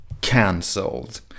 cancelled